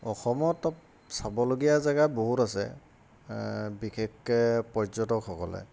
অসমত চাবলগীয়া জেগা বহুত আছে বিশেষকৈ পৰ্যটকসকলে